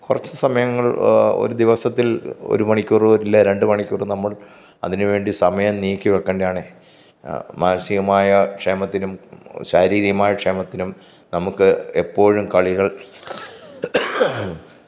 കുറച്ച് സമയങ്ങൾ ഒരു ദിവസത്തിൽ ഒരു മണിക്കൂറ് വരില്ല രണ്ട് മണിക്കൂറ് നമ്മൾ അതിന് വേണ്ടി സമയം നീക്കി വെക്കേണ്ടതാണ് മാനസികമായ ക്ഷേമത്തിനും ശാരീരികമായ ക്ഷേമത്തിനും നമുക്ക് എപ്പോഴും കളികൾ